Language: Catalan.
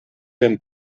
ben